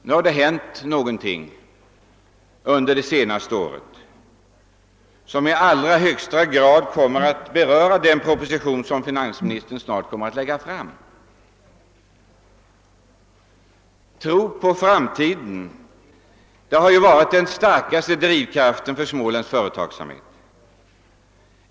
Nu: har det hänt någonting under det senaste året som i allra högsta grad berör den proposition finansministern snart kommer att lägga fram. Tron på framtiden har varit den starkaste drivkraften för småländsk företagsamhet.